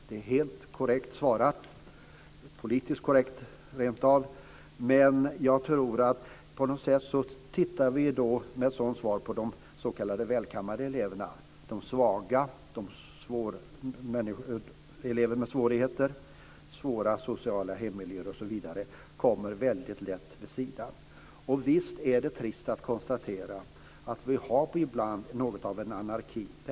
Det är helt korrekt svarat - politiskt korrekt, rentav - men jag tror att vi med ett sådant svar bara tittar på de s.k. välkammade eleverna. De svaga - elever med svårigheter, svåra sociala hemmiljöer, osv. - hamnar väldigt lätt vid sidan om. Visst är det trist att konstatera att vi ibland har något av en anarki.